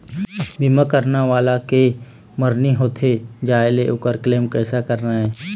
बीमा करने वाला के मरनी होथे जाय ले, ओकर क्लेम कैसे करना हे?